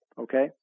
Okay